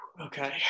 Okay